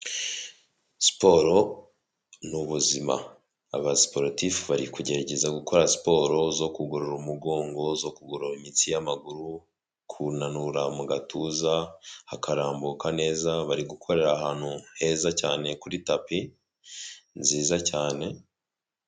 Siporo ni ubuzima abasiporotifu bari kugerageza gukora siporo zo kugorora umugongo, zo kugorora imitsi y'amaguru, kunanura mu gatuza hakarambuka neza bari gukorera ahantu heza cyane kuri tapi nziza cyane.